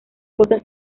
cosas